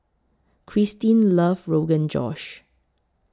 Krystin loves Rogan Josh